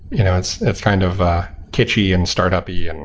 you know it's it's kind of a kitschy and startup-y, and